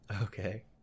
Okay